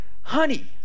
honey